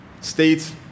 states